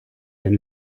den